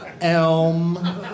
Elm